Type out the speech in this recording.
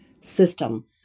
system